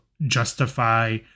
justify